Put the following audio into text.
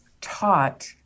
taught